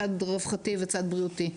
צד רווחתי וצד בריאותי.